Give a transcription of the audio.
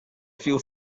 feel